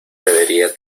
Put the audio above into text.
debería